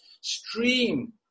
stream